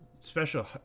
special